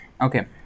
Okay